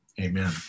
Amen